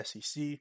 SEC